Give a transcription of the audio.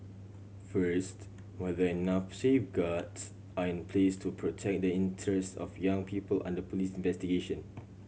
first whether enough safeguards are in place to protect the interests of young people under police investigation